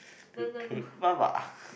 to take baba